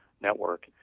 network